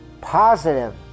positive